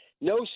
No